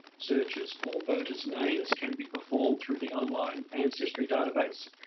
searches for voters' names can be performed through the online ancestry database,